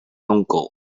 nonkel